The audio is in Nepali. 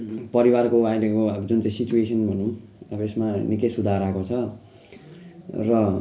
परिवारको अहिलेको अब जुन चाहिँ सिच्वेसन भनौँ अब यसमा निकै सुधार आएको छ र